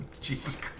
Jesus